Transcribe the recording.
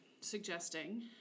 suggesting